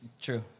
True